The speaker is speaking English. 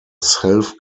self